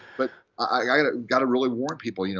but i got to really warn people, you know.